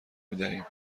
میدهیم